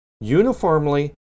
uniformly